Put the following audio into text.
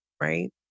right